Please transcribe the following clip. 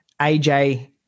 AJ